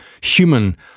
human